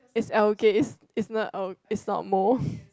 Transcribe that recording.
it's algae it's it's not uh it's not mold